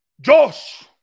Josh